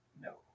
No